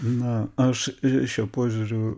na aš šiuo požiūriu